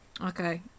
Okay